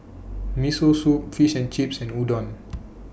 Miso Soup Fish and Chips and Udon